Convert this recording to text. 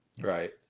Right